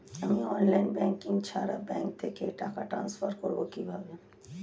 আমি online banking ছাড়া bank থেকে টাকা ট্রান্সফার করবো কিভাবে?